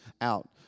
out